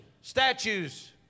statues